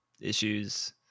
issues